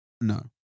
No